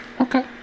Okay